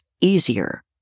easier